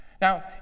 Now